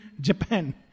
Japan